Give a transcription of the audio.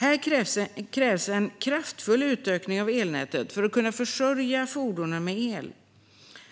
Här krävs en kraftfull utökning av elnätet för att fordonen ska kunna försörjas med el.